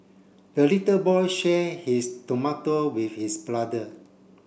the little boy share his tomato with his brother